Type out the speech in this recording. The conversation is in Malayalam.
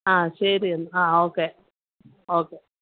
ആ ശരിയെന്നാൽ ആ ഓക്കെ ഓക്കെ